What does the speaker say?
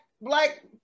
black